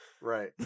Right